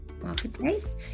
marketplace